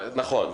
נכון.